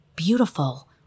beautiful